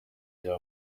bya